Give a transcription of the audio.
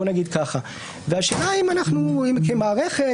והשאלה כמערכת,